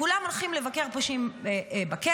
כולם הולכים לבקר פושעים בכלא,